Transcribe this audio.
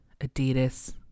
Adidas